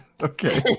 okay